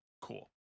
cool